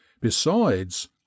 Besides